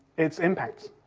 it's impacts.